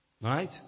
Right